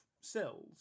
cells